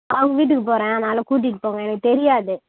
அவங்க வீட்டுக்குப் போகறேன் அதனால கூட்டிகிட்டுப் போங்க எனக்கு தெரியாது